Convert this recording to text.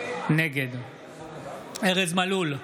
נגד ארז מלול,